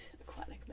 aquatic